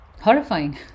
horrifying